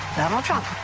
donald trump